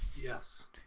Yes